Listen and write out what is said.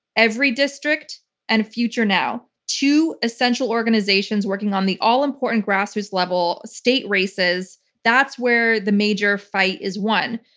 everydistrict and future now. two essential organizations working on the all important grassroots level, state races. that's where the major fight is won.